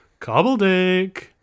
Cobbledick